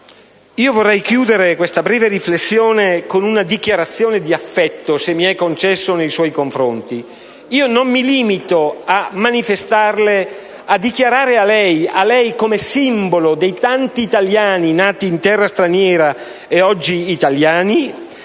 vorrei chiudere questa breve riflessione con una dichiarazione di affetto, se mi è concesso, nei suoi confronti. A lei, a lei come simbolo dei tanti italiani nati in terra straniera e oggi italiani,